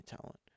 talent